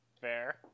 fair